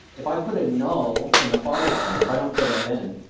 if i put a null in the father s name, if i don't fill that in,